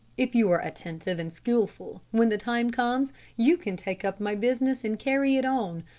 if you are attentive and skillful, when the time comes you can take up my business and carry it on.